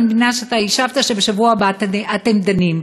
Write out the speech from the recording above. שבשבוע הבא אתם דנים.